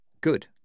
Good